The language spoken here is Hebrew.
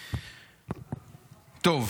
טוב,